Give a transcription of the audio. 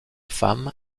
femme